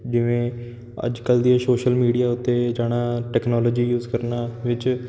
ਜਿਵੇਂ ਅੱਜ ਕੱਲ੍ਹ ਦੀਆਂ ਸੋਸ਼ਲ ਮੀਡੀਆ ਉੱਤੇ ਜਾਣਾ ਟੈਕਨੋਲੋਜੀ ਯੂਜ ਕਰਨਾ ਵਿੱਚ